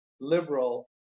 liberal